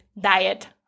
diet